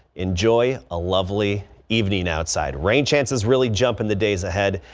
enjoy a lovely evening outside rain chances really jump in the days ahead.